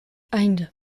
einde